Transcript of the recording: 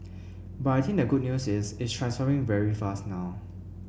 but I think the good news is it's transforming very fast now